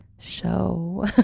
show